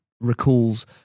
recalls